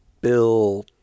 Bill